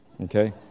Okay